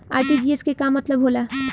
RTGS के का मतलब होला?